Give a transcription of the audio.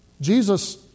Jesus